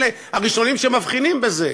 אלה הראשונים שמבחינים בזה.